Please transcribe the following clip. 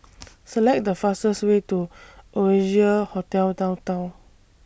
Select The fastest Way to Oasia Hotel Downtown